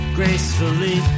gracefully